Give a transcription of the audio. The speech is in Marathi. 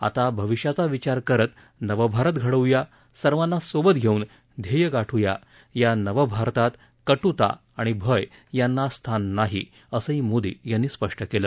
आता भविष्याचा विचार करत नवभारत घडवूया सर्वांना सोबत घेऊन ध्येय गाठूया या नवभारतात कट्ता आणि भय यांना स्थान नाही असंही मोदी यांनी स्पष्ट केलं